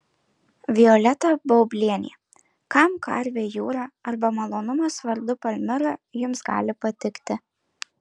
violeta baublienė kam karvei jūra arba malonumas vardu palmira jums gali patikti